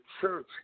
church